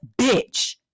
bitch